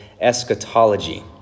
eschatology